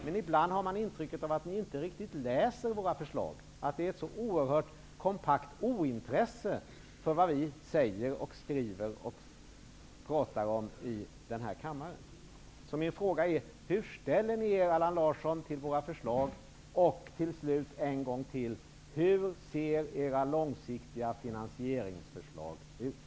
Men ibland har vi intrycket att ni inte riktigt läser våra förslag, att det är ett oerhört kompakt ointresse för vad vi skriver och för vad talar om i den här kammaren. Mina frågor är därför: Hur ställer ni er, Allan Larsson, till våra förslag? Och till slut ännu en gång: Hur ser era långsiktiga finansieringsförslag ut?